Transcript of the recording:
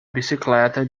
bicicleta